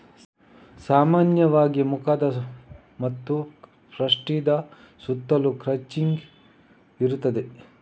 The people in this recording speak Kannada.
ಸಾಮಾನ್ಯವಾಗಿ ಮುಖ ಮತ್ತು ಪೃಷ್ಠದ ಸುತ್ತಲೂ ಕ್ರಚಿಂಗ್ ಇರುತ್ತದೆ